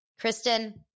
Kristen